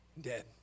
dead